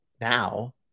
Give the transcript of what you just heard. now